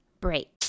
break